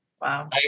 Wow